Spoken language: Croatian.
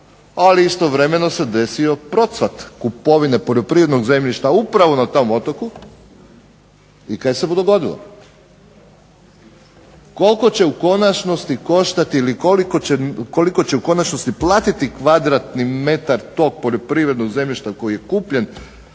ali istovremeno se desio procvat kupovine poljoprivrednog zemljišta upravo na tom otoku i kaj se bu dogodilo. Koliko će u konačnosti platiti kvadratni metar tog poljoprivrednog zemljišta koji je kupljen